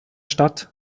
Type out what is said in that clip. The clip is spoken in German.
stadt